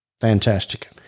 Fantastic